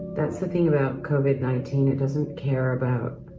that's the thing about covid nineteen, it doesn't care about